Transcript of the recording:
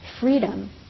freedom